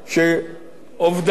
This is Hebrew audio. שעובדיו,